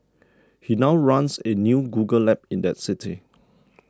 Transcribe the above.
he now runs a new Google lab in that city